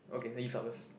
okay then you start first